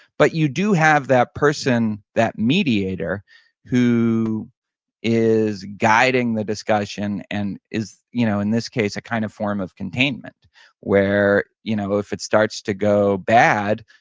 but you do have that person, that mediator who is guiding the discussion. and you know in this case, a kind of form of containment where you know if it starts to go bad,